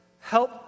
Help